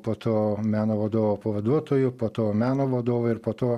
po to meno vadovo pavaduotoju po to meno vadovu ir po to